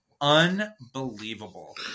unbelievable